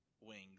wings